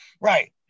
right